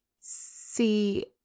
see